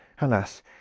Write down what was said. Alas